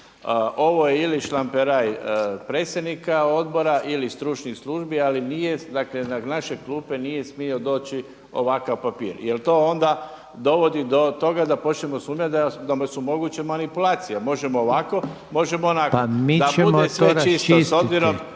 Ovo je ili šlamperaj predsjednika Odbora ili stručnih službi ali nije, dakle na naše klupe nije smio doći ovakav papir. Jer to onda dovodi do toga da počnemo sumnjati da su moguće manipulacije, možemo ovako, možemo onako. **Reiner, Željko